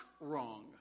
wrong